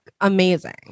amazing